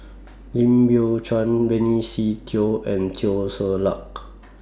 Lim Biow Chuan Benny Se Teo and Teo Ser Luck